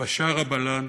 בשארה בלאן,